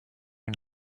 une